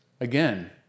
again